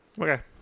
Okay